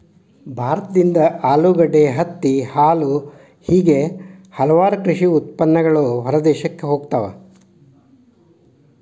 ಭಾರತದಿಂದ ಆಲೂಗಡ್ಡೆ, ಹತ್ತಿ, ಹಾಲು ಹೇಗೆ ಹಲವಾರು ಕೃಷಿ ಉತ್ಪನ್ನಗಳು ಹೊರದೇಶಕ್ಕೆ ಹೋಗುತ್ತವೆ